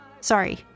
sorry